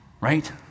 right